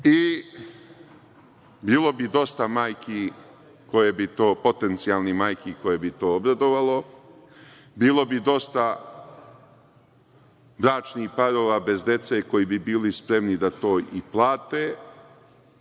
Bilo bi dosta potencijalnih majki koje bi to obradovalo, bilo bi dosta bračnih parova bez dece koji bi bili spremni da to i plate,